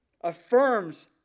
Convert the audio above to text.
affirms